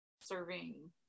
serving